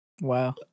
Wow